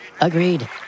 Agreed